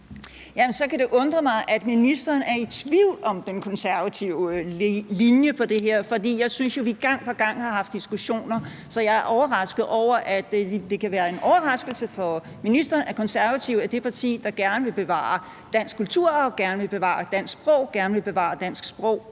Så kan det undre mig, at ministeren er i tvivl om den konservative linje i det her, for jeg synes jo, vi gang på gang har haft diskussioner. Så jeg er overrasket over, at det kan være en overraskelse for ministeren, at Konservative er det parti, der gerne vil bevare dansk kulturarv, gerne vil bevare dansk sprog,